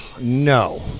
No